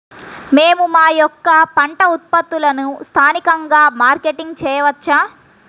మేము మా యొక్క పంట ఉత్పత్తులని స్థానికంగా మార్కెటింగ్ చేయవచ్చా?